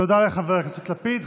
תודה לחבר הכנסת לפיד.